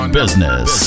business